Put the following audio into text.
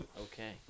Okay